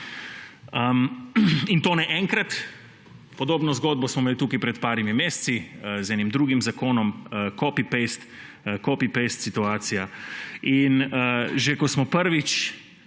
In to ne enkrat. Podobno zgodbo smo imeli tukaj pred nekaj meseci z enim drugim zakonom, copy paste situacija. Že ko smo prvič